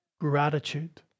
gratitude